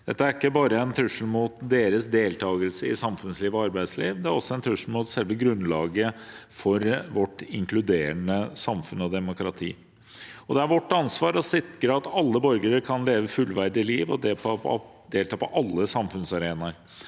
Dette er ikke bare en trussel mot deres deltakelse i samfunnsliv og arbeidsliv, det er også en trussel mot selve grunnlaget for vårt inkluderende samfunn og demokrati. Det er vårt ansvar å sikre at alle borgere kan leve et fullverdig liv og delta på alle samfunnsarenaer.